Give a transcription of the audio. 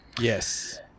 Yes